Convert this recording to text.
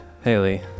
Haley